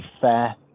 fair